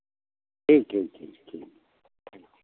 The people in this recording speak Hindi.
ठीक ठीक ठीक ठीक